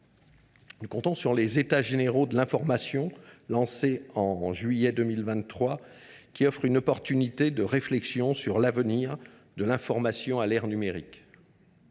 Nous comptons sur les états généraux de l’information, lancés en juillet 2023, qui offrent l’occasion d’une réflexion sur l’avenir de l’information à l’ère numérique.